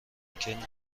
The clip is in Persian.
ممکن